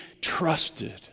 trusted